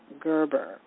Gerber